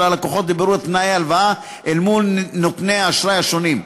הלקוחות לבירור תנאי הלוואה אל מול נותני האשראי השונים.